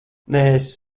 neesi